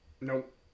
Nope